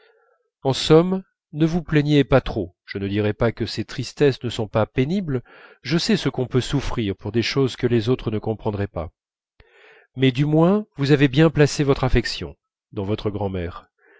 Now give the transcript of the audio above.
en somme ne vous plaignez pas trop je ne dirai pas que ces tristesses ne sont pas pénibles je sais ce qu'on peut souffrir pour des choses que les autres ne comprendraient pas mais du moins vous avez bien placé votre affection dans votre grand'mère